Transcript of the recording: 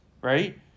right